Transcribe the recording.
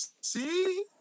see